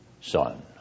Son